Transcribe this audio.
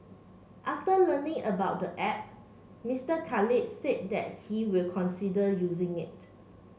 after learning about the app Mister Khalid said that he will consider using it